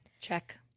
Check